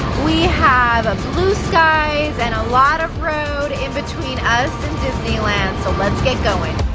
we have ah blue skies and a lot of road in between us and disneyland so let's get goin'.